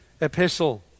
epistle